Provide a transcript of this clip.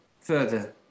further